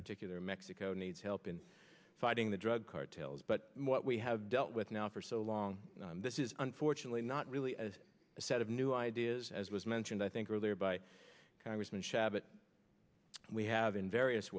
particular mexico needs help in fighting the drug cartels but what we have dealt with now for so long this is unfortunately not really as a set of new ideas as was mentioned i think earlier by congressman shabbat we have in various